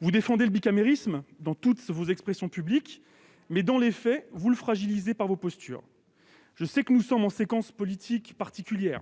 Vous défendez le bicamérisme dans toutes vos expressions publiques, mais dans les faits, vous le fragilisez par vos postures. Je sais que nous connaissons une séquence politique particulière ;